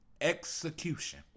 Execution